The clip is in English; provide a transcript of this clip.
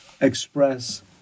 express